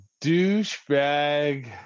douchebag